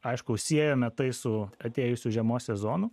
aišku siejame tai su atėjusiu žiemos sezonu